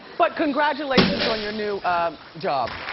but congratulations on your new job.